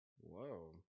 Whoa